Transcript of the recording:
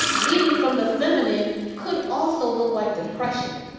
leading from the feminine could also look like depression.